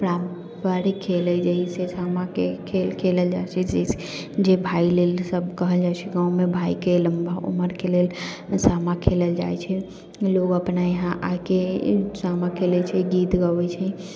पारम्परिक खेल है जैसे सामाके खेल खेलल जाइ छै जे भाय लेल सब कहल जाइ छै गाँवमे सब भायके लम्बा उमरके लेल सामा खेलल जाइ छै लोक अपना यहाँ आइके सामा खेलै छै गीत गबै छै